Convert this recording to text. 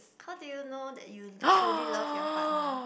how do you know that you truly love your partner